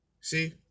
See